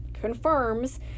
confirms